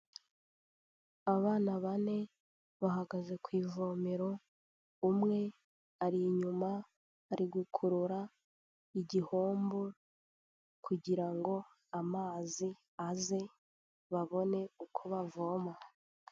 Abana bane bahagaze ku ivomero, umwe ari inyuma ari gukurura igihombo kugira ngo amazi aze babone uko bavoma.